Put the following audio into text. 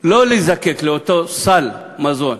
לא להזדקק לאותו סל מזון.